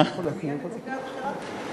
אני הנציגה הבכירה של השמאל הציוני?